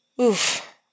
Oof